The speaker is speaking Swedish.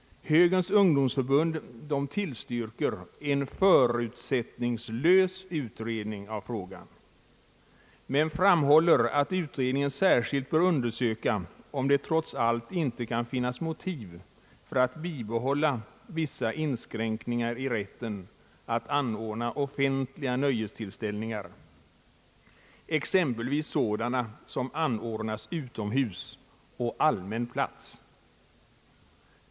Högerns ungdomsförbund tillstyrker en förutsättningslös utredning av frågan och framhåller att utredningen särskilt bör undersöka om det trots allt inte kan finnas motiv för att bibehålla vissa inskränkningar i rätten att anordna offentliga nöjestillställningar, exempelvis sådana som äger rum utomhus på allmän plats.